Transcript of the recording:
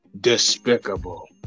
despicable